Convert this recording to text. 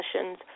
sessions